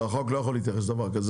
החוק לא יכול להתייחס לדבר כזה,